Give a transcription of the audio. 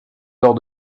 lors